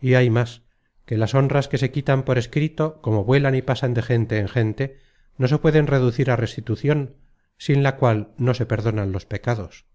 y hay más que las honras que se quitan por escrito como vuelan y pasan de gente en gente no se pueden reducir á restitucion sin la cual no se perdonan los pecados